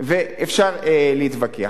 ואפשר להתווכח.